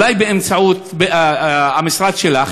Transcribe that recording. אולי באמצעות המשרד שלך,